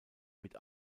mit